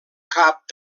cap